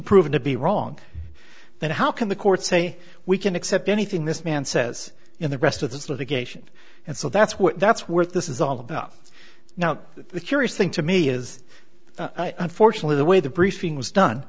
proven to be wrong then how can the court say we can accept anything this man says in the rest of this litigation and so that's what that's worth this is all about now the curious thing to me is unfortunately the way the briefing was done